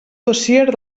dossier